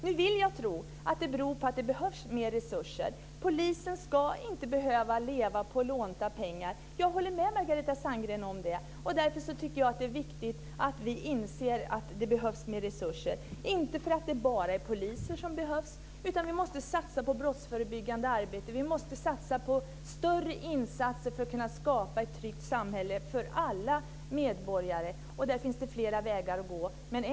Nu vill jag tro att det beror på att det behövs mer resurser. Polisen ska inte behöva leva på lånta pengar. Jag håller med Margareta Sandgren om det. Därför tycker jag att det är viktigt att vi inser att det behövs mer resurser. Och det är inte bara poliser som behövs, utan vi måste också satsa på brottsförebyggande arbete och större insatser för att kunna skapa ett tryggt samhälle för alla medborgare. Det finns flera vägar att gå för att uppnå detta.